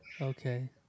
Okay